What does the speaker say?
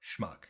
Schmuck